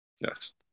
Yes